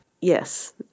Yes